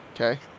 okay